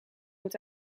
moet